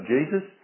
Jesus